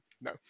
No